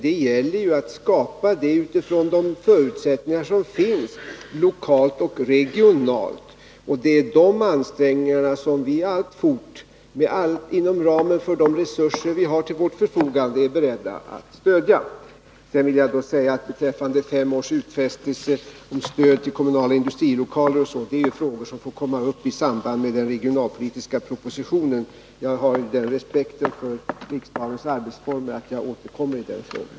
Det gäller att skapa detta utifrån de förutsättningar som finns lokalt och regionalt. Och det är de ansträngningarna vi alltfort, inom ramen för de resurser som vi har till vårt förfogande, är beredda att stödja. Frågan om utfästelse om femårigt stöd till kommunala industrilokaler är en fråga som får komma upp i samband med den regionalpolitiska propositionen. Jag har den respekten för riksdagens arbetsformer att jag återkommer i den frågan.